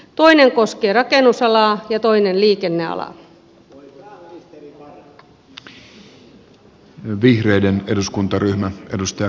toinen koskee rakennusalaa ja toinen liikennealaa